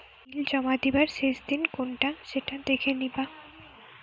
বিল জমা দিবার শেষ দিন কোনটা সেটা দেখে নিবা